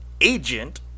agent